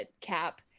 cap